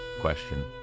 question